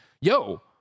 yo